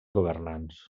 governants